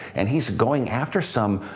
and he's going after some